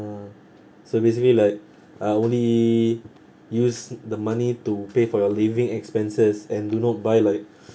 so basically like I only use the money to pay for your living expenses and do not buy like